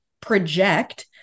project